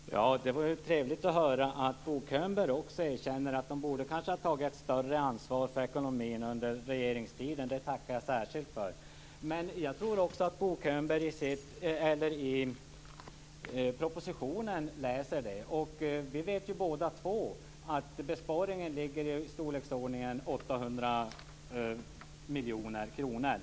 Fru talman! Det var trevligt att Bo Könberg erkänner att han borde ha tagit ett större ansvar för ekonomin under regeringstiden. Det tackar jag särskilt för. Jag tror att Bo Könberg även har läst detta i propositionen. Vi vet båda två att besparingen är i storleksordningen 800 miljoner kronor.